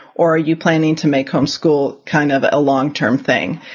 or are you planning to make home school kind of a long term thing?